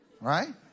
Right